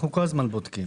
אנחנו כל הזמן בודקים.